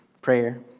prayer